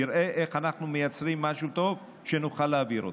ונראה איך אנחנו מייצרים משהו טוב שנוכל להעביר אותו.